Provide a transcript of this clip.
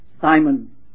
Simon